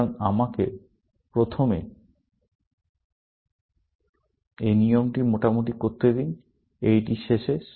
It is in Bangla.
সুতরাং আমাকে প্রথমে এই নিয়মটি মোটামুটি করতে দিন এইটির শেষে